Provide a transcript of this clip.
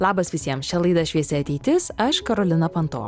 labas visiem čia laida šviesi ateitis aš karolina panto